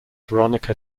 veronica